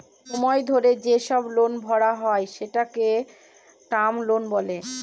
সময় ধরে যেসব লোন ভরা হয় সেটাকে টার্ম লোন বলে